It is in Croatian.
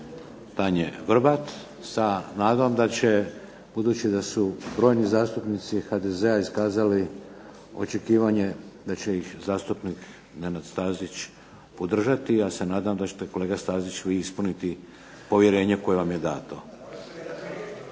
Tanje Vrbat sa nadom da će, budući da su brojni zastupnici HDZ-a iskazali očekivanje da će ih zastupnik Nenad Stazić podržati. Ja se nadam da ćete kolega Stazić vi ispuniti povjerenje koje vam je dato.